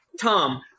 Tom